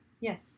Yes